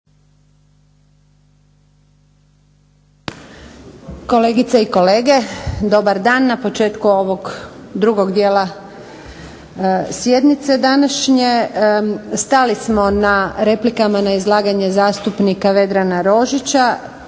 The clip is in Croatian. Kolegice i kolege, dobar dan na početku ovog drugog dijela sjednice današnje. Stali smo na replikama na izlaganje zastupnika Vedrana Rožića.